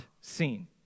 seen